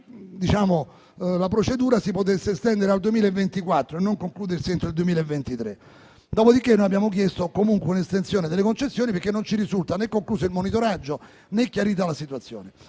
la procedura si potesse estendere al 2024 e non concludersi entro il 2023. Dopodiché abbiamo chiesto comunque un'estensione delle concessioni perché non ci risulta né concluso il monitoraggio né chiarita la situazione.